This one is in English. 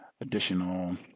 Additional